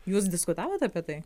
jūs diskutavot apie tai